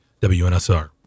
WNSR